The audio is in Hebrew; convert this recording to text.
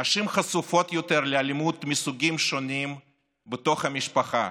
נשים חשופות יותר לאלימות מסוגים שונים בתוך המשפחה,